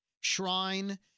shrine